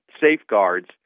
safeguards